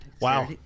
Wow